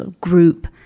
group